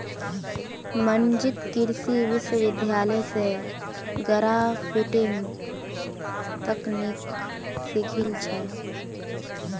मंजीत कृषि विश्वविद्यालय स ग्राफ्टिंग तकनीकक सीखिल छ